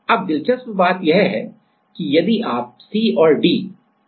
अब दिलचस्प बात यह है कि यदि आप C D की व्यवस्था देखते हैं